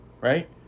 Right